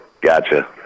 gotcha